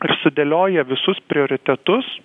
ir sudėlioja visus prioritetus